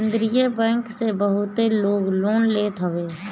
केंद्रीय बैंक से बहुते लोग लोन लेत हवे